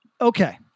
okay